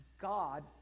God